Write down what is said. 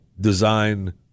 design